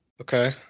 Okay